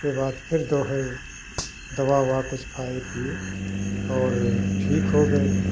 उसके बाद फिर जो है दवा ववा कुछ खाए पिए और ठीक हो गए